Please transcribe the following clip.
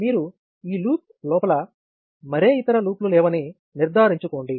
మీరు ఈ లూప్ లోపల మరే ఇతర లూప్లు లేవని నిర్ధారించుకోండి